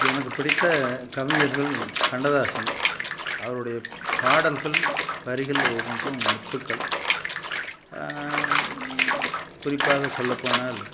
எனக்குப் பிடித்த கவிஞர்கள் கண்ணதாசன் அவருடைய பாடல்கள் வரிகள் ஒவ்வொன்றும் முத்துக்கள் குறிப்பாகச் சொல்லப்போனால்